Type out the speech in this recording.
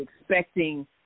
expecting